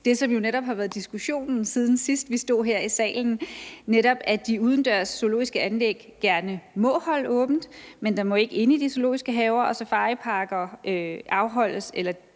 det, som jo netop har været diskussionen, siden sidst vi stod her i salen, netop at de udendørs zoologiske anlæg gerne må holde åbent, men der må ikke inde i de zoologiske haver og safariparker afholdes